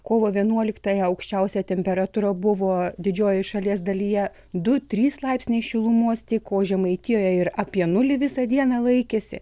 kovo vienuoliktąją aukščiausia temperatūra buvo didžiojoje šalies dalyje du trys laipsniai šilumos tik o žemaitijoje ir apie nulį visą dieną laikėsi